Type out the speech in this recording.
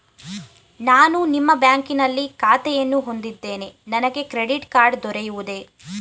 ನಾನು ನಿಮ್ಮ ಬ್ಯಾಂಕಿನಲ್ಲಿ ಖಾತೆಯನ್ನು ಹೊಂದಿದ್ದೇನೆ ನನಗೆ ಕ್ರೆಡಿಟ್ ಕಾರ್ಡ್ ದೊರೆಯುವುದೇ?